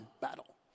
battle